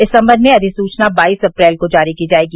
इस सम्बंध में अधिसूचना बाईस अप्रैल को जारी की जाएगी